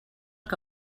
que